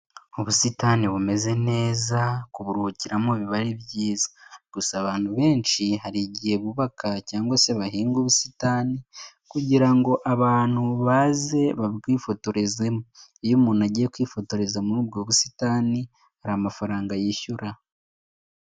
Ubusitani bumeze neza kuburuhukiramo biba ari byiza, gusa abantu benshi hari igihe bubaka cyangwa se bahinga ubusitani kugira ngo abantu baze babwifotorezemo, iyo umuntu agiye kwifotoreza muri ubwo busitani hari amafaranga yishyura.